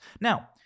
Now